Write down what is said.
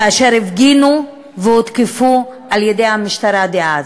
אשר הפגינו והותקפו על-ידי המשטרה דאז.